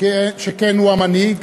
שכן הוא המנהיג,